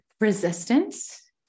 resistance